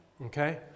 okay